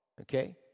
Okay